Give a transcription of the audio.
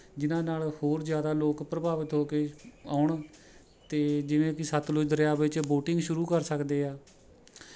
ਜਿਨ੍ਹਾਂ ਨਾਲ ਹੋਰ ਜ਼ਿਆਦਾ ਲੋਕ ਪ੍ਰਭਾਵਿਤ ਹੋ ਕੇ ਆਉਣ ਅਤੇ ਜਿਵੇਂ ਕਿ ਸਤਲੁਜ ਦਰਿਆ ਵਿੱਚ ਬੋਟਿੰਗ ਸ਼ੁਰੂ ਕਰ ਸਕਦੇ ਆ